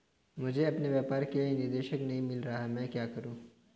मुझे अपने व्यापार के लिए निदेशक नहीं मिल रहा है मैं क्या करूं?